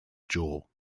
jaw